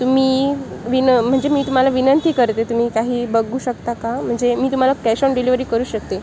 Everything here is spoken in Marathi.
तुम्ही विन म्हणजे मी तुम्हाला विनंती करते तुम्ही काही बघू शकता का म्हणजे मी तुम्हाला कॅश ऑन डिलिवरी करू शकते